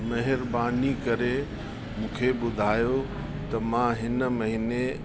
महिरबानी करे मूंखे ॿुधायो त मां हिन महीने